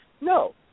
No